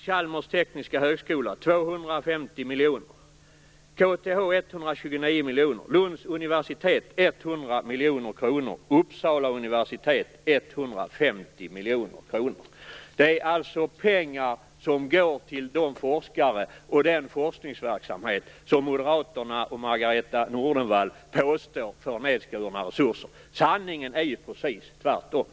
För Chalmers tekniska högskola är det fråga om 250 miljoner kronor, för KTH 129 miljoner kronor, för Lunds universitet 100 miljoner kronor och för Uppsala universitet 150 miljoner kronor. Dessa pengar går till de forskare och till den forskningsverksamhet som enligt Moderaterna och Margareta Nordenvall får nedskurna resurser. Sanningen är raka motsatsen!